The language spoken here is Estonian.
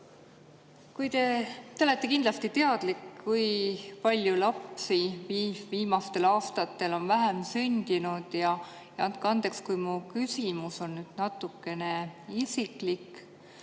Te olete kindlasti teadlik, kui palju lapsi viimastel aastatel on vähem sündinud. Andke andeks, kui mu küsimus on natuke isiklik.